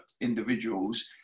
individuals